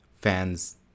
fans